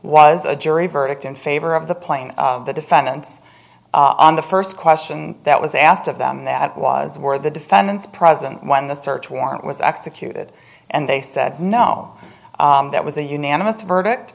was a jury verdict in favor of the playing of the defendants and the first question that was asked of them that was where the defendants present when the search warrant was executed and they said no that was a unanimous verdict